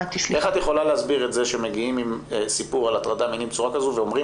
מגיעים עם סיפור על הטרדה מינית בצורה כזאת ואומרים